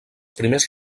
primers